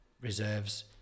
reserves